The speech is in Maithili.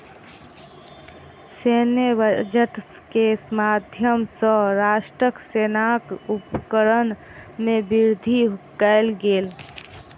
सैन्य बजट के माध्यम सॅ राष्ट्रक सेनाक उपकरण में वृद्धि कयल गेल